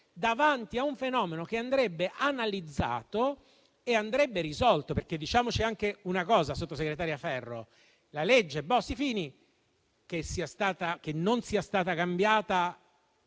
davanti a un fenomeno che andrebbe analizzato e risolto. Diciamoci una cosa, sottosegretaria Ferro: che la legge Bossi-Fini non sia stata cambiata